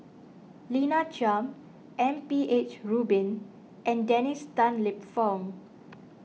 Lina Chiam M P H Rubin and Dennis Tan Lip Fong